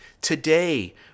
Today